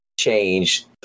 change